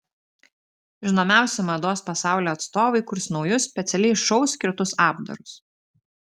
žinomiausi mados pasaulio atstovai kurs naujus specialiai šou skirtus apdarus